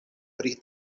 pri